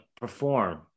perform